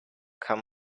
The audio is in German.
kann